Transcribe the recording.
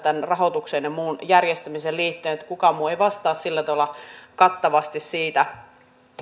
rahoitukseen ja muuhun järjestämiseen liittyen kun kukaan muu ei vastaa sillä tavalla kattavasti siitä